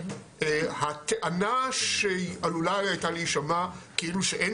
הטענה שעלולה הייתה להישמע כאילו שאין